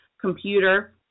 computer